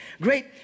great